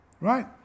right